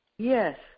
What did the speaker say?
Yes